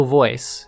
voice